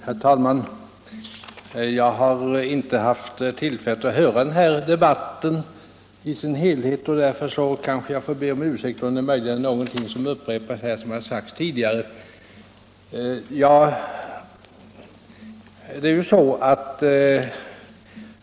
Herr talman! Jag har inte haft tillfälle att höra den här debatten i dess helhet, och därför vill jag be om ursäkt om möjligen någonting upprepas som har sagts tidigare.